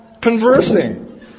conversing